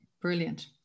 Brilliant